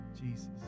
Jesus